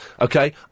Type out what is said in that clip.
okay